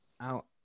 Out